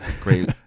Great